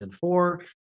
four